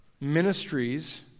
Ministries